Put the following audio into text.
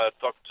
Dr